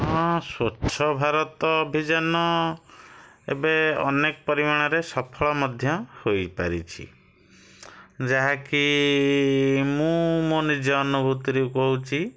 ହଁ ସ୍ଵଚ୍ଛ ଭାରତ ଅଭିଯାନ ଏବେ ଅନେକ ପରିମାଣରେ ସଫଳ ମଧ୍ୟ ହେଇପାରିଛି ଯାହାକି ମୁଁ ମୋ ନିଜ ଅନୁଭୂତିରୁ କହୁଛି